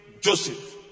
Joseph